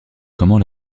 comment